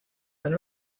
been